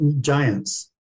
giants